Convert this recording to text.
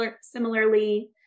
similarly